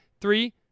Three